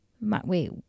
wait